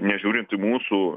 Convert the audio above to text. nežiūrint į mūsų